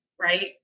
right